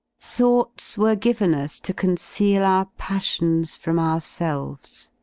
thoughts were given us to conceal our passions from our selves!